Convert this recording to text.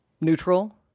neutral